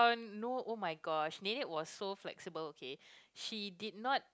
no oh my gosh nenek was so flexible okay she did not know